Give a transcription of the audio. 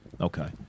okay